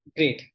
Great